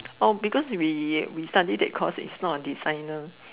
oh because we we study that course it's not a designer